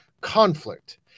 conflict